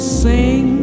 sing